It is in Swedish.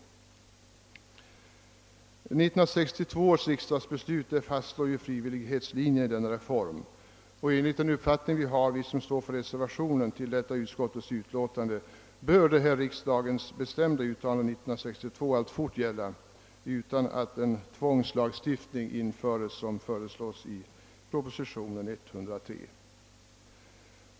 1962 års riksdagsbeslut fastslår frivillighetslinjen i denna reform, och enligt den uppfattning vi har, som står för reservationen till detta utskottets utlåtande, bör riksdagens bestämda uttalande 1962 alltfort gälla utan att det införes någon sådan tvångslagstiftning som föreslås i proposition nr 103.